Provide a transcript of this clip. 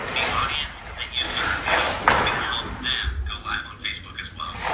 the audience that you serve, how it's gonna help them go live on facebook as well.